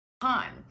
time